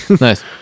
Nice